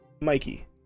Mikey